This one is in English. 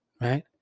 Right